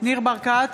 ניר ברקת,